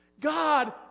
God